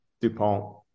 Dupont